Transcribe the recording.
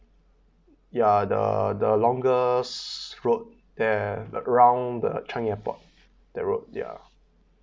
ya the the longest road there around the changi airport that road ya